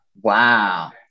Wow